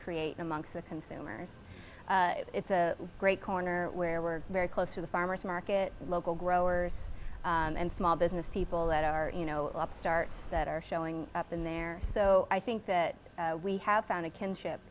create amongst the consumers it's a great corner where we're very close to the farmer's market local growers and small business people that are you know upstart that are showing up in there so i think that we have found a kinship